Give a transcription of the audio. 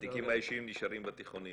התיקים האישיים נשארים בתיכונים.